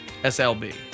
SLB